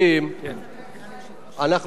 התשע"ב 2012,